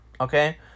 Okay